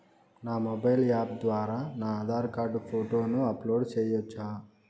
నా mobile app ద్వారా నా ఆధార్ కార్డు ఫోటోను అప్లోడ్ సేయొచ్చా?